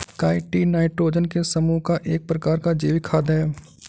chitin nitrogen के समूह का एक प्रकार का जैविक खाद है